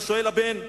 ושואל הבן,